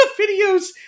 videos